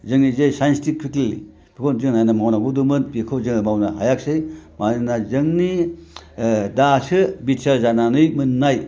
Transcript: जोंनि जे संस्कृति गोबां जोंहा मावनांगौ दंमोन बेखौ जों मावनो हायाखसै मानोना जोंनि दासो बिटिआर जानानै मोननाय